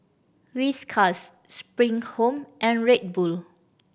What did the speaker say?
Whiskas Spring Home and Red Bull